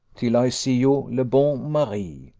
till i see you le bon mari.